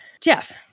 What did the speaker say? Jeff